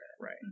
right